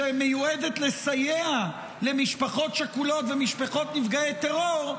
שמיועדת לסייע למשפחות שכולות ומשפחות נפגעי טרור,